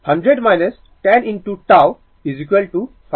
তো 100 10 53